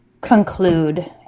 conclude